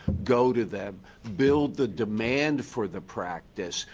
go to them. build the demand for the practice,